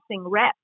reps